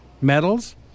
medals